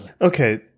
Okay